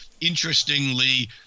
interestingly